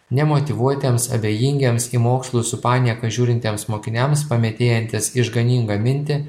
nemotyvuotiems abejingiems į mokslus su panieka žiūrintiems mokiniams pametėjantis išganingą mintį